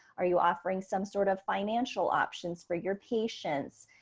are you offering some sort of financial options for your patients?